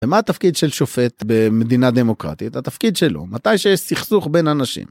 ומה התפקיד של שופט במדינה דמוקרטית, התפקיד שלו, מתי שיש סכסוך בין אנשים.